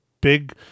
big